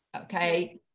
Okay